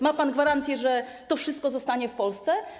Ma pan gwarancję, że to wszystko zostanie w Polsce?